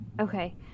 Okay